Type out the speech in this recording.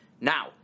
Now